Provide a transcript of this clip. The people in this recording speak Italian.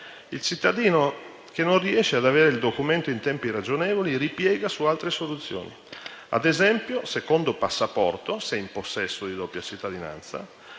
il cittadino che non riesce ad avere il documento in tempi ragionevoli ripiega su altre soluzioni, ad esempio, un secondo passaporto (se in possesso di doppia cittadinanza),